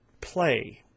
play